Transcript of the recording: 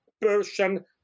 Persian